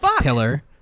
pillar